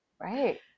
Right